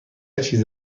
چیز